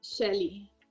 Shelly